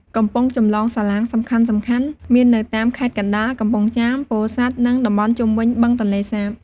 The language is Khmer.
កំពង់ចម្លងសាឡាងសំខាន់ៗមាននៅតាមខេត្តកណ្ដាល កំពង់ចាម ពោធិ៍សាត់ និងតំបន់ជុំវិញបឹងទន្លេសាប។